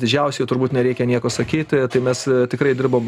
didžiausių ir turbūt nereikia nieko sakyti tai mes tikrai dirbom